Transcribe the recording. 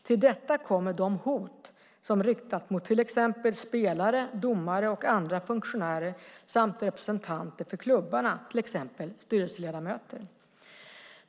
Till detta kommer de hot som riktas mot till exempel spelare, domare och andra funktionärer samt representanter för klubbarna, till exempel styrelseledamöter.